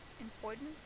important